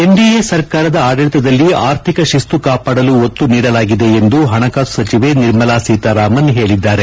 NDA ಸರ್ಕಾರದ ಆಡಳಿತದಲ್ಲಿ ಆರ್ಥಿಕ ಶಿಸ್ತು ಕಾಪಾಡಲು ಒತ್ತು ನೀಡಲಾಗಿದೆ ಎಂದು ಹಣಕಾಸು ಸಚಿವೆ ನಿರ್ಮಲಾ ಸೀತಾರಾಮನ್ ಹೇಳಿದ್ದಾರೆ